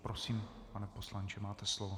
Prosím, pane poslanče, máte slovo.